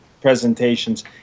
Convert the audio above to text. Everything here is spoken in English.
presentations